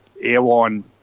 airline